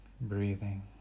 breathing